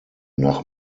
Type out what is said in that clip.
nach